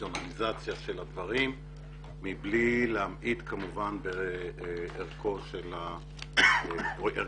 רציונליזציה של הדברים מבלי להמעיט כמובן בערכה של הביקורת.